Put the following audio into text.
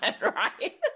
right